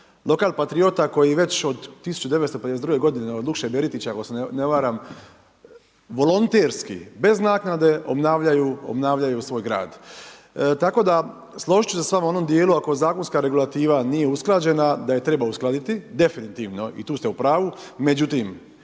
razumije./… koji već od 1952. g. od Lukše Beritića, ako se ne varam, volonterski, bez naknade obnavljaju svoj grad. Tako da, složiti ću se s vama u onom dijelu, ako zakonska regulativa nije usklađena, da ju treba uskladiti, definitivno i tu ste u pravu, međutim,